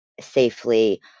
safely